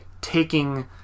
taking